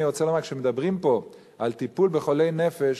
כשמדברים פה על טיפול בחולי נפש,